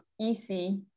easy